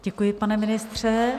Děkuji, pane ministře.